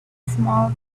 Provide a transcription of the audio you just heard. small